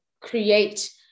create